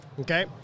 Okay